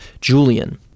Julian